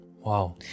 Wow